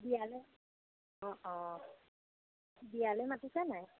বিয়ালৈ অ' অ' বিয়ালৈ মাতিছেন নাই